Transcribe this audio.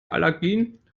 allergien